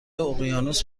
اقیانوس